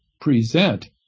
present